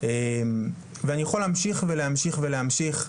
ואני יכול להמשיך ולהמשיך ולהמשיך.